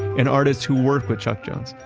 an artist who work with chuck jones,